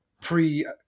pre